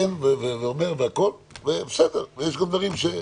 נכון, ועדיין הניצול היה במשורה גם לאלה שניצלו.